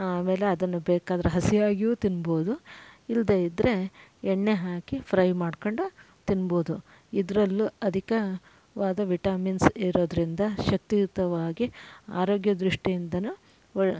ಆಮೇಲೆ ಅದನ್ನು ಬೇಕಾದ್ರೆ ಹಸಿಯಾಗಿಯೂ ತಿನ್ಬೋದು ಇಲ್ಲದೇ ಇದ್ದರೆ ಎಣ್ಣೆ ಹಾಕಿ ಫ್ರೈ ಮಾಡ್ಕೊಂಡು ತಿನ್ಬೋದು ಇದ್ರಲ್ಲೂ ಅಧಿಕವಾದ ವಿಟಮಿನ್ಸ್ ಇರೋದರಿಂದ ಶಕ್ತಿಯುತವಾಗಿ ಆರೋಗ್ಯ ದೃಷ್ಟಿಯಿಂದನೂ ಒಳ್ಳೆ